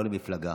לא למפלגה,